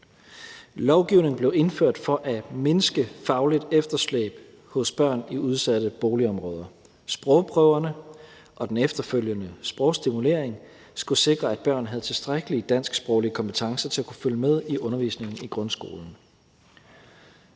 Lovgivningen blev indført for at mindske fagligt efterslæb hos børn i udsatte boligområder. Sprogprøverne og den efterfølgende sprogstimulering skulle sikre, at børnene havde tilstrækkelig dansksproglig kompetence til at kunne følge med i undervisningen i grundskolen.